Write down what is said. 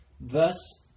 Thus